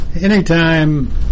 anytime